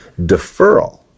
Deferral